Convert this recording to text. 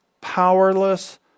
powerless